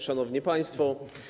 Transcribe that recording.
Szanowni Państwo!